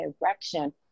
direction